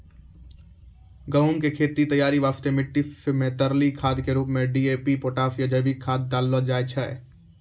गहूम के खेत तैयारी वास्ते मिट्टी मे तरली खाद के रूप मे डी.ए.पी पोटास या जैविक खाद डालल जाय छै